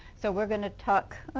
so we're going to talk